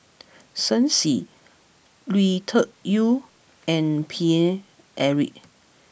Shen Xi Lui Tuck Yew and Paine Eric